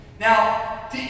Now